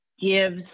gives